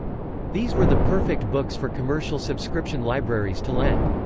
these were the perfect books for commercial subscription libraries to lend.